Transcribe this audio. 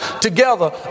together